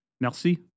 Merci